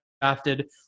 drafted